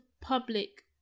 public